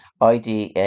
IDA